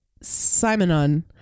Simonon